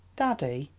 daddy,